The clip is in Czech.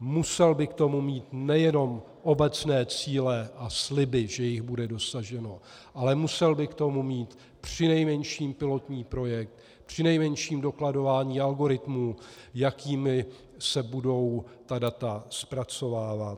musel by k tomu mít nejenom obecné cíle a sliby, že jich bude dosaženo, ale musel by k tomu mít přinejmenším pilotní projekt, přinejmenším dokladování algoritmů, jakými se budou ta data zpracovávat.